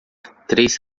três